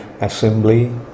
assembly